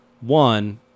one